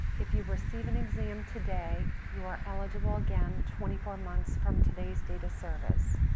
if you receive an exam today you are eligible again twenty four months from today's date of service.